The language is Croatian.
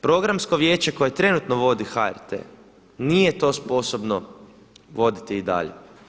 Programsko vijeće koje trenutno vodi HRT nije to sposobno voditi i dalje.